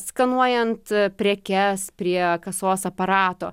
skanuojant prekes prie kasos aparato